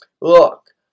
look